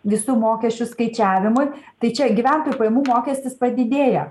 visų mokesčių skaičiavimui tai čia gyventojų pajamų mokestis padidėja